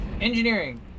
Engineering